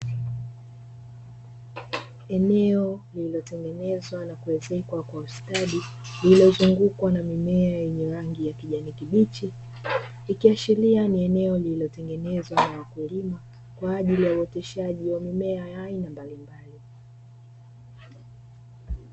Eneo lililotengenezwa na kuezekwa kwa ustadi lililozungukwa na mimea yenye rangi ya kijani kibichi, ikiashiria ni eneo lililotengenezwa na wakulima kwa ajili ya uoteshaji wa mimea ya aina mbalimbali.